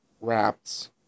wrapped